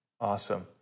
Awesome